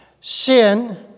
Sin